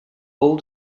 all